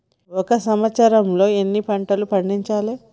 ఒక సంవత్సరంలో ఎన్ని పంటలు పండించాలే?